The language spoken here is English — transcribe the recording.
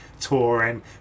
touring